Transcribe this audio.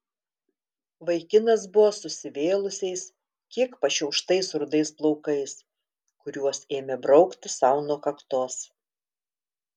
vaikinas buvo susivėlusiais kiek pašiauštais rudais plaukais kuriuos ėmė braukti sau nuo kaktos